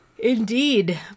Indeed